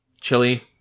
Chili